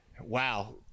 Wow